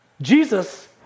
Jesus